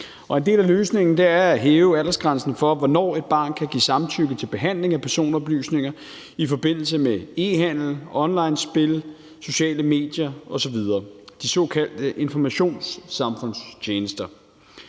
en del af løsningen er at hæve aldersgrænsen for, hvornår et barn kan give samtykke til behandling af personoplysninger i forbindelse med e-handel, onlinespil, sociale medier osv. – de såkaldte informationssamfundstjenester.